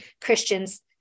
Christians